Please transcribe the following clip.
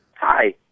Hi